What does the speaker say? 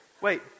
wait